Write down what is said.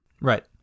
Right